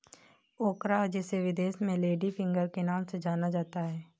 ओकरा जिसे विदेश में लेडी फिंगर के नाम से जाना जाता है